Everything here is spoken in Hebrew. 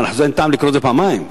אין טעם לקרוא את זה פעמיים.